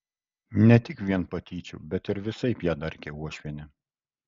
ne tik vien patyčių bet ir visaip ją darkė uošvienė